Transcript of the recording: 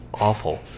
awful